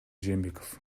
жээнбеков